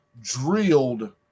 drilled